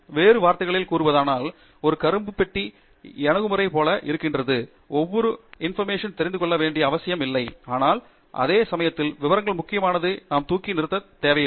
வேறு வார்த்தைகளில் கூறுவதானால் ஒரு கருப்பு பெட்டி அணுகுமுறை போல ஏதும் இருக்கிறது ஒவ்வொரு விவரத்தையும் தெரிந்து கொள்ள வேண்டிய அவசியமில்லை ஆனால் அதே சமயத்தில் விவரங்களின் முக்கியத்துவத்தை நாம் தூக்கி நிறுத்த தேவையில்லை